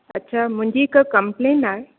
अच्छा मुंहिंजी हिकु कंप्लेन आहे